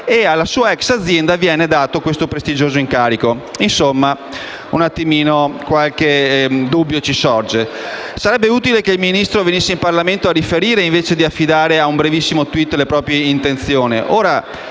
e alla sua *ex* azienda viene conferito questo prestigioso incarico. Insomma, qualche dubbio ci sorge. Sarebbe utile che il Ministro venisse in Parlamento a riferire, invece di affidare a un brevissimo *tweet* le proprie intenzioni.